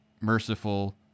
merciful